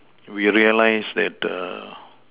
we realize that err